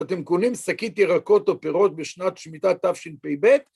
אתם קונים שקית ירקות או פירות בשנת שמיטה תשפ"ב?